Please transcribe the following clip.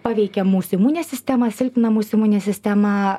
paveikia mūsų imuninę sistemą silpnina mūsų imuninę sistemą